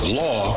law